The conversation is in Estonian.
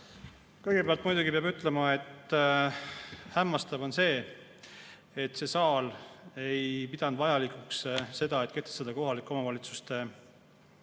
Kõigepealt muidugi peab ütlema, et hämmastav on see, et siin saalis ei peetud vajalikuks kehtestada kohalike omavalitsuste